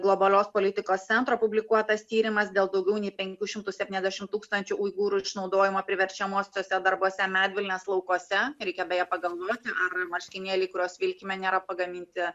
globalios politikos centro publikuotas tyrimas dėl daugiau nei penkių šimtų septyniasdešimt tūkstančių uigūrų išnaudojimo priverčiamuosiuose darbuose medvilnės laukuose reikia beje pagalvoti ar marškinėliai kuriuos vilkime nėra pagaminti